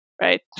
right